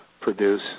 produce